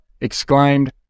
exclaimed